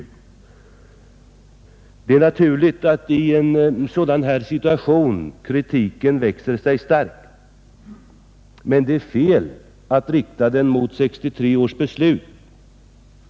I en sådan här situation är det naturligt att kritiken växer sig stark, men det är fel att rikta den mot 1963 års beslut.